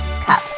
cup